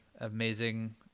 amazing